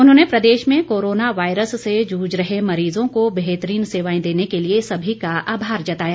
उन्होंने प्रदेश में कोरोना वायरस से जूझ रहे मरीजों को बेहतरीन सेवाएं देने के लिए सभी का आभार जताया